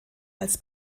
als